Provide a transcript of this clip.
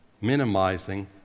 minimizing